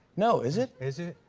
no, is it? is it?